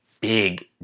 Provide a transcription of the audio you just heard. big